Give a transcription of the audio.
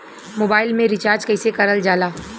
Mobile में recharge कइसे करल जाला?